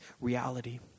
reality